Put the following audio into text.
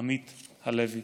עמית הלוי.